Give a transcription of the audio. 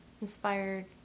inspired